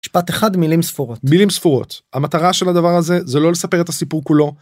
משפט אחד, מילים ספורותץ מילים ספורות. המטרה של הדבר הזה זה לא לספר את הסיפור כולו.